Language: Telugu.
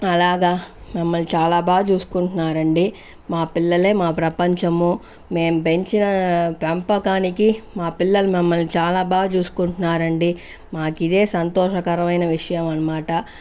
అలాగా మమ్మల్ని చాలా బాగా చూసుకుంటున్నారండీ మా పిల్లలే మా ప్రపంచము మేం పెంచిన పెంపకానికి మా పిల్లలు మమ్మల్ని చాలా బాగా చూసుకుంటున్నారండీ మాకిదే సంతోషకరమైన విషయమనమాట